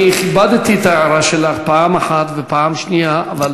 אני כיבדתי את ההערה שלך פעם אחת ופעם שנייה, אבל